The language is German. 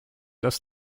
dass